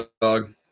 dog